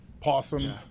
possum